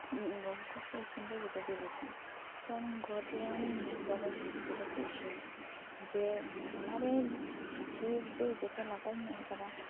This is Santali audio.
ᱜᱚ ᱵᱟᱵᱟ ᱴᱷᱮᱡ ᱤᱥᱤᱱ ᱫᱚ ᱡᱩᱫᱟᱹᱜᱮ ᱵᱩᱡᱷᱟᱹᱜ ᱟ ᱤᱧ ᱜᱚ ᱴᱷᱮᱡ ᱡᱮᱢᱚᱱᱤᱧ ᱧᱮᱞ ᱟᱠᱟᱫᱟ ᱡᱤᱞᱯᱤᱴᱷᱟᱹ ᱠᱚ ᱤᱥᱤᱱ ᱡᱮ ᱚᱱᱟ ᱨᱮ ᱰᱷᱤᱨ ᱡᱮ ᱡᱮᱴᱟ ᱞᱟᱜᱟᱜᱼᱟ ᱤᱧ ᱧᱮᱞ ᱟᱠᱟᱫᱟ